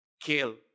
Kill